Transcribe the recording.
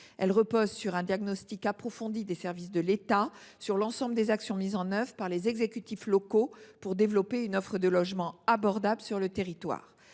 sur un diagnostic approfondi des services de l’État sur l’ensemble des actions mises en œuvre par les exécutifs locaux pour développer une offre de logements abordables sur leur territoire.